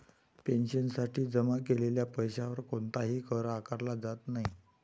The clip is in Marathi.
पेन्शनसाठी जमा केलेल्या पैशावर कोणताही कर आकारला जात नाही